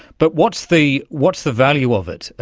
but what's the what's the value of it?